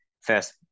first